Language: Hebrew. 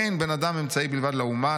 אין בן אדם אמצעי בלבד לאומה,